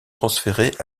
transférés